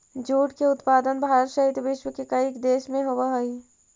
jute के उत्पादन भारत सहित विश्व के कईक देश में होवऽ हइ